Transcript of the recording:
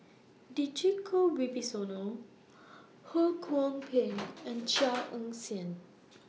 Djoko Wibisono Ho Kwon Ping and Chia Ann Siang